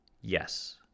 yes